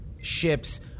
ships